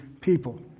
people